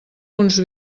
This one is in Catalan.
uns